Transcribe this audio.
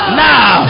now